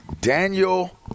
Daniel